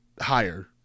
higher